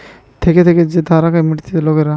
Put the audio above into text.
থেকে থেকে যে ধারকে মিটতিছে লোকরা